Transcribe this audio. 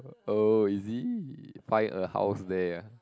oh is it buy a house there